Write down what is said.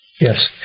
Yes